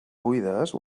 buides